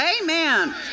Amen